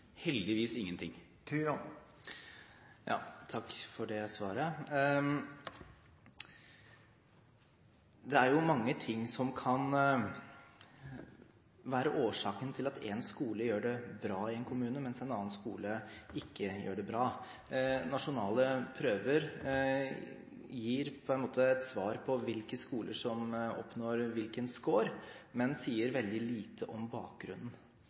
heldigvis ingenting. Takk for det svaret. Det er mange ting som kan være årsaken til at en skole gjør det bra i en kommune, mens en annen skole ikke gjør det bra. Nasjonale prøver gir et svar på spørsmålet om hvilke skoler som oppnår hvilken score, men de sier veldig lite om bakgrunnen.